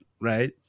right